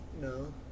No